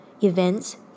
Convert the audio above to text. Events